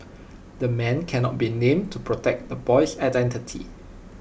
the man cannot be named to protect the boy's identity